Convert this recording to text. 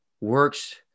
works